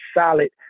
solid